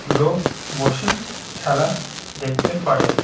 লোক বসে খেলা দেখতে পারে